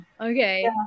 Okay